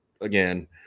again